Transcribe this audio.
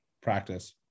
practice